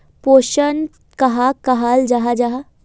पोषण कहाक कहाल जाहा जाहा?